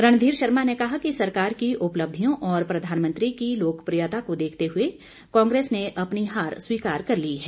रणधीर शर्मा ने कहा कि सरकार की उपलब्धियों और प्रधानमंत्री की लोकप्रियता को देखते हुए कांग्रेस ने अपनी हार स्वीकार कर ली है